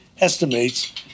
estimates